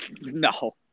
No